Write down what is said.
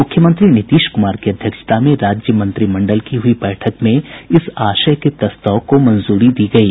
मुख्यमंत्री नीतीश कुमार की अध्यक्षता में राज्य मंत्रिमंडल की हुई बैठक में इस आशय के प्रस्ताव को मंजूरी दी गयी